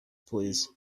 please